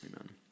amen